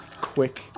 quick